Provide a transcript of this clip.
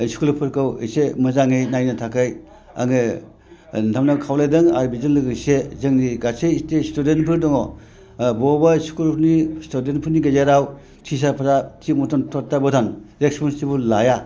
स्कुलफोरखौ एसे मोजां मोजाङै नायनो थाखै आङो नोंथांमोनखौ खावलायदों आरो बिजों लोगोसे जोंनि गासै स्टुडेन्टफोर दङ बबेबा स्कुलफोरनि स्टुडेन्टफोरनि गेजेराव टिचारफोरा थिगमथन मोजां रेसपनसिबल लाया